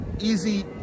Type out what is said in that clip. easy